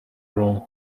room